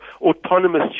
autonomous